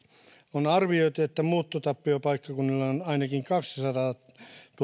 on arvioitu että muuttotappiopaikkakunnilla on ainakin kaksisataatuhatta